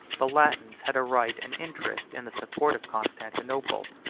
the latins had a right and interest in the support of constantinople,